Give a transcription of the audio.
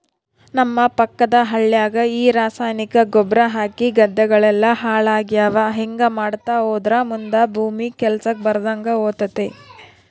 ನಮ್ಮ ಪಕ್ಕದ ಹಳ್ಯಾಗ ಈ ರಾಸಾಯನಿಕ ಗೊಬ್ರ ಹಾಕಿ ಗದ್ದೆಗಳೆಲ್ಲ ಹಾಳಾಗ್ಯಾವ ಹಿಂಗಾ ಮಾಡ್ತಾ ಹೋದ್ರ ಮುದಾ ಭೂಮಿ ಕೆಲ್ಸಕ್ ಬರದಂಗ ಹೋತತೆ